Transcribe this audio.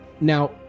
Now